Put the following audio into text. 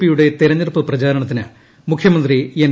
P യുടെ തെരഞ്ഞെടുപ്പ് പ്രചാരണത്തിന് മുഖ്യമന്ത്രി എൻ